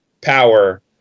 power